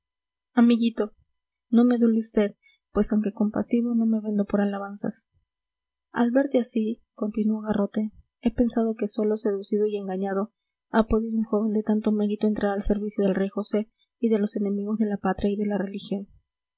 amiguito no me adule vd pues aunque compasivo no me vendo por alabanzas al verte así continuó garrote he pensado que sólo seducido y engañado ha podido un joven de tanto mérito entrar al servicio del rey josé y de los enemigos de la patria y de la religión